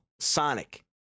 sonic